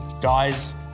Guys